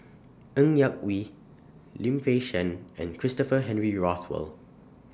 Ng Yak Whee Lim Fei Shen and Christopher Henry Rothwell